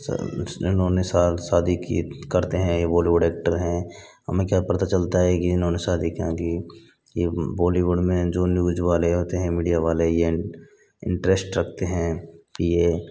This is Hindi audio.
उन्होने शादी की करते हैं बॉलीवुड एक्टर हैं हमें क्या पता चलता है की इन्हों शादी कहाँ की ये बॉलीवुड में जो न्यूज वाले होते हैं मीडिया वाले इंट्रेस्ट रखते हैं ये